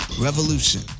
revolution